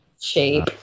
shape